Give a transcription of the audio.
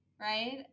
right